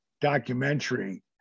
documentary